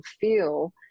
feel